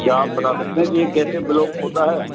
کیا آپ بتا سکتے ہیں کہ یہ کیسے بلاک ہوتا ہے